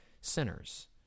sinners